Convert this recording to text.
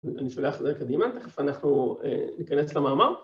אני שולח לקדימה, אנחנו ניכנס למאמר.